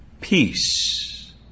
peace